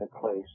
place